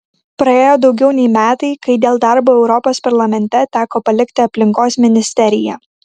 praėjo daugiau nei metai kai dėl darbo europos parlamente teko palikti aplinkos ministeriją